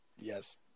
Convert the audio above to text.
Yes